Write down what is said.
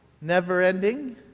never-ending